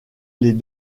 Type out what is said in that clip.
les